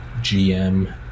GM